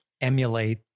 emulate